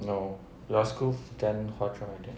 no your school then hwa chong I think